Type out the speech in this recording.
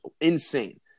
insane